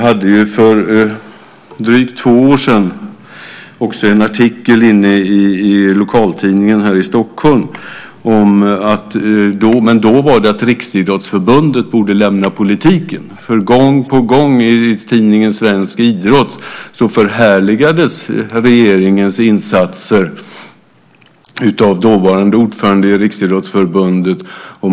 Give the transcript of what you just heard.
För drygt två år sedan hade jag en artikel i lokaltidningen här i Stockholm. Men då gällde det att Riksidrottsförbundet borde lämna politiken. Gång på gång i tidningen Svensk Idrott förhärligades nämligen regeringens insatser av den dåvarande ordföranden i Riksidrottsförbundet.